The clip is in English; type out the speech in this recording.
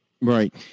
Right